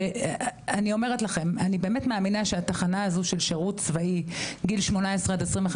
אני אומרת לכם אני באמת מאמינה שהתחנה הזו של שירות צבאי גיל 18 עד 21,